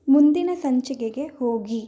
ಮುಂದಿನ ಸಂಚಿಕೆಗೆ ಹೋಗಿ